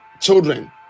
children